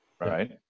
right